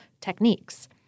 techniques